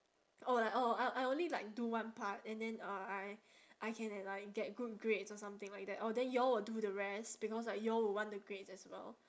oh like orh I I I only like do one part and then uh I I can get like get good grades or something like that orh then y'all will do the rest because like y'all will want the grades as well